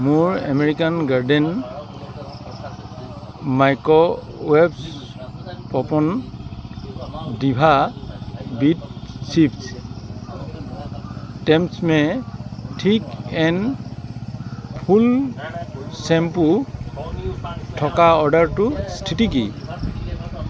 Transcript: মোৰ American Garden microwave popcorn Diva বীটৰ chips TRESemme thick and full shampoo থকা অৰ্ডাৰটোৰ স্থিতি কি